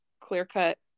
clear-cut